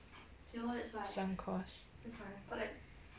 costs